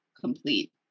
complete